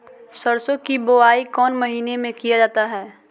सरसो की बोआई कौन महीने में किया जाता है?